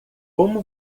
como